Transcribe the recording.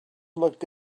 looked